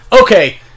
Okay